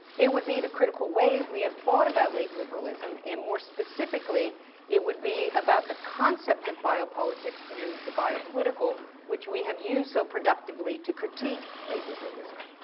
it would be the critical ways we have thought about late liberalism. and more specifically it would be about the concept of bio-politics and the bio-political which we have used so productively to critique late liberalism.